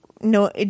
no